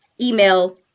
email